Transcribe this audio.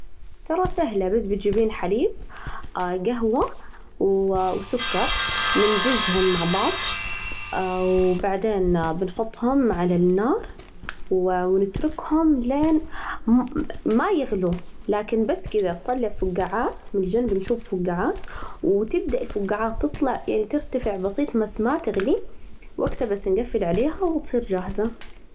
ترى سهلة، بس بتجيبين حليب، قهوة، وسكر، نمزجهم مع بعض، وبعدين بنحطهم على النار ونتركهم لين م ما يغلوا، لكن بس كذا تطلع فجاعات، من الجنب بنشوف فقاعات وتبدأ الفقاعات تطلع يعني ترتفع بسيط بس ما تغلي، وقتها بس نجفل عليها وتصير جاهزة.